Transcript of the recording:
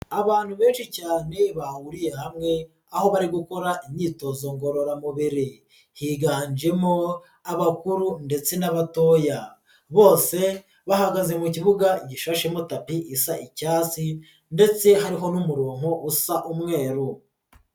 Abantu benshi cyane bahuriye hamwe, aho bari gukora imyitozo ngorora mubiri, higanjemo abakuru ndetse n'abatoya ,bose bahagaze mu kibuga gishashemo tapi isa icyatsi, ndetse hariho n'umurongo usa umweru.